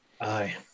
Aye